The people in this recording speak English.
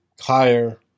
higher